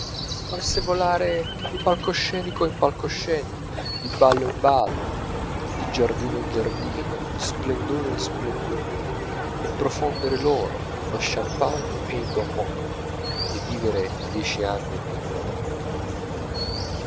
vorreste volare di palco scenico in palco scenico di ballo in ballo di giardino in giardino di splendore in splendore e profondere l'oro lo champagne e i bons mots e vivere dieci anni in una notte